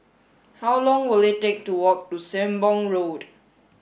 how long will it take to walk to Sembong Road